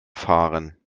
fahren